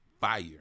Fire